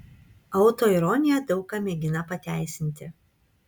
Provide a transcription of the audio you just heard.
autoironija daug ką mėgina pateisinti